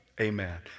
Amen